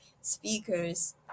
speakers